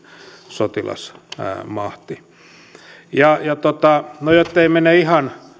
sotilasmahti no jottei mene ihan